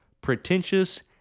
pretentious